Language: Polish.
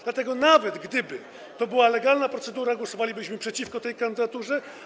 Dlatego nawet gdyby to była legalna procedura, głosowalibyśmy przeciwko tej kandydaturze.